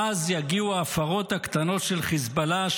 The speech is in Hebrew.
ואז יגיעו ההפרות הקטנות של חיזבאללה,